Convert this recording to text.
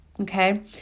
okay